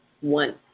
One